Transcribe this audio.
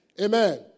Amen